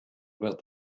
about